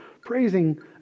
praising